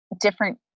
different